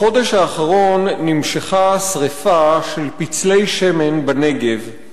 בחודש האחרון נמשכת שרפה של פצלי שמן בנגב,